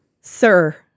sir